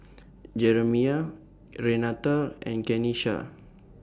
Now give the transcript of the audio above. Jeramiah Renata and Kenisha